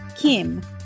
Kim